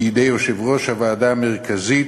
בידי יושב-ראש הוועדה המרכזית,